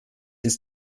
ist